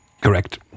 Correct